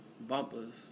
bumpers